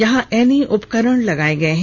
यहां एनी उपकरण लगाये गये हैं